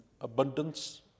abundance